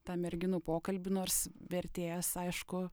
tą merginų pokalbį nors vertėjas aišku